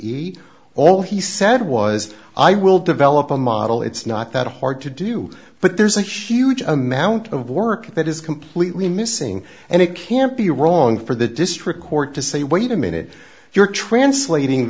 eat all he said was i will develop a model it's not that hard to do but there's a huge amount of work that is completely missing and it can't be wrong for the district court to say wait a minute you're translating